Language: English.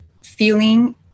feeling